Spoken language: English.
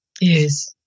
Yes